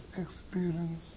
experience